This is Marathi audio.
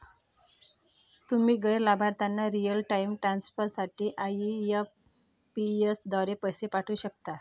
तुम्ही गैर लाभार्थ्यांना रिअल टाइम ट्रान्सफर साठी आई.एम.पी.एस द्वारे पैसे पाठवू शकता